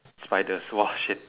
spiders !wah! shit